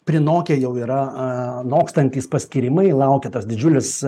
prinokę jau yra nokstantys paskyrimai laukia tas didžiulis